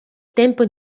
tempo